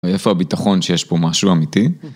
איפה הביטחון שיש פה משהו אמיתי?